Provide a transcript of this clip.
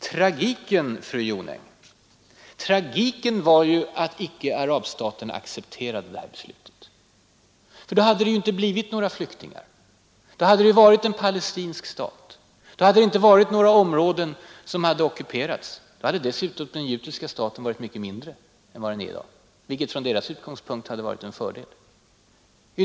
Tragiken, fru Jonäng, var ju att arabstaterna icke accepterade det här beslutet. Om de gjort det hade det inte blivit några flyktingar. Då hade det blivit en palestinsk stat. Inga områden hade blivit ockuperade. Den judiska staten hade dessutom varit mycket mindre än vad den är i dag, vilket från arabstaternas utgångspunkt hade varit en fördel.